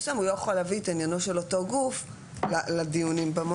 הוא לא יכול להביא את עניינו של אותו גוף לדיונים במועצה.